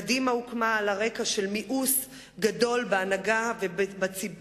קדימה הוקמה על רקע של מיאוס גדול בהנהגה ובציבור